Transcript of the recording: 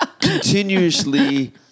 continuously